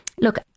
look